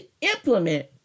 implement